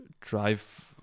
drive